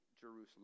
Jerusalem